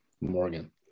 Morgan